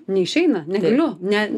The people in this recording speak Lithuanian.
neišeina negaliu ne